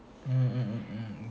mm